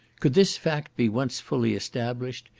could this fact be once fully established,